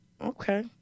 Okay